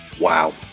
wow